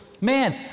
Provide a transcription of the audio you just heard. Man